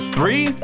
Three